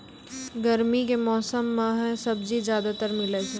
गर्मी के मौसम मं है सब्जी ज्यादातर मिलै छै